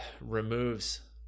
removes